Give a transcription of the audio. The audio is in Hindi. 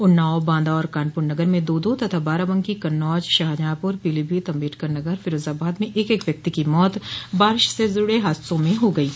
उन्नाव बांदा और कानपुर नगर में दो दो तथा बाराबंकी कन्नौज शाहजहांपुर पीलीभीत अम्बेडकर नगर फिरोजाबाद में एक एक व्यक्ति की मौत बारिश से जुड़े हादसों में हो गई है